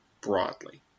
broadly –